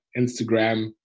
Instagram